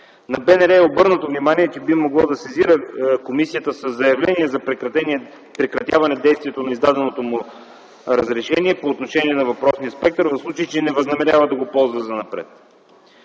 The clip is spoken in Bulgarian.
радио е обърнато внимание, че би могло да сезира комисията със заявление за прекратяване действието на издаденото му разрешение по отношение на въпросния спектър, в случай че не възнамерява да го ползва занапред.